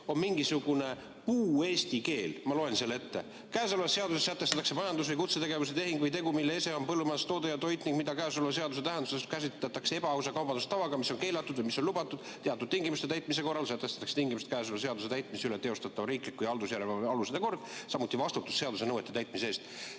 on mingisugune puu-eesti keel. Ma loen selle ette: "Käesolevas seaduses sätestatakse majandus- või kutsetegevuse tehing või tegu, mille ese on põllumajandustoode ja toit ning mida käesoleva seaduse tähenduses käsitatakse ebaausa kaubandustavana, mis on keelatud või mis on lubatud teatud tingimuste täitmise korral, sätestatakse need tingimused ning käesoleva seaduse täitmise üle teostatava riikliku ja haldusjärelevalve alused ja kord, samuti vastutus seaduse nõuete rikkumise eest."